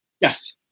Yes